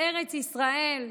לארץ ישראל.